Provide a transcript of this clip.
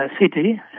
city